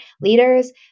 leaders